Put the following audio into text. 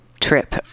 trip